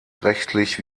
rechtlich